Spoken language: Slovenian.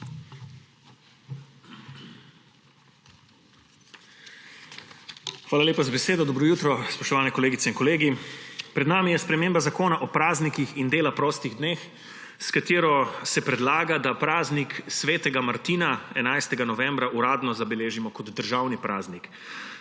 Hvala lepa za besedo. Dobro jutro, spoštovane kolegice in kolegi! Pred nami je sprememba Zakona o praznikih in dela prostih dnevih, s katero se predlaga, da praznik svetega Martina 11. novembra uradno zabeležimo kot državni praznik.